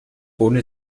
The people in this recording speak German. ohne